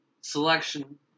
selection